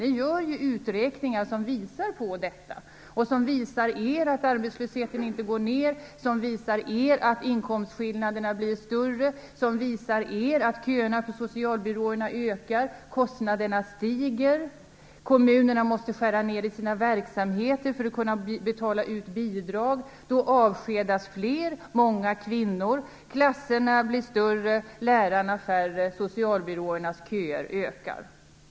Ni gör ju beräkningar som visar er att arbetslösheten inte går ned, att inkomstskillnaderna blir större, att köerna på socialbyråerna ökar och att kostnaderna stiger. Kommunerna måste skära ned i sina verksamheter för att kunna betala ut bidrag. Då avskedas fler, och många är kvinnor. Klasserna blir större, lärarna färre, socialbyråernas köer växer.